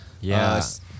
Yes